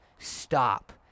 stop